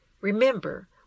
Remember